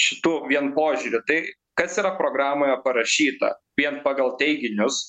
šitų vien požiūriu tai kas yra programoje parašyta vien pagal teiginius